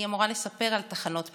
אני אמורה לספר על תחנות בחיי,